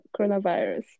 coronavirus